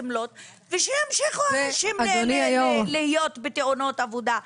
הגמלאות ושימשיכו אנשים להיות בתאונות עבודה.